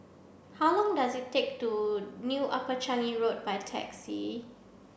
how long does it take to New Upper Changi Road by taxi